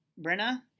Brenna